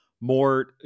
more